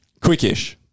Quickish